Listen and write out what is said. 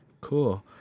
Cool